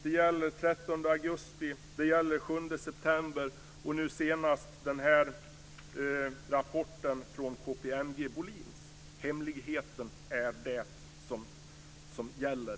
Det gäller handlingar som kom in den september. Den senaste är rapporten från KPMG Bohlins. Hemlighetsmakeri är det som gäller.